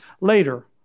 later